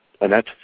Annette